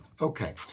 Okay